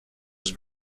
was